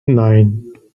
nine